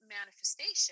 manifestation